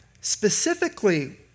specifically